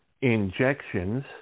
injections